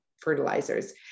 fertilizers